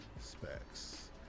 Specs